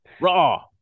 Raw